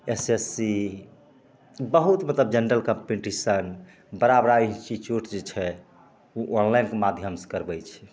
S S C बहुत मतलब general competition बड़ा बड़ा इन्स्टीट्यूट जे छै ओ ऑनलाइनके माध्यमसे करबै छै